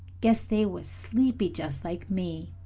guess they was sleepy, just like me.